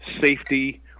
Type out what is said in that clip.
safety